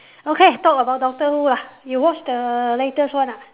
okay talk about doctor who lah you watch the latest one ah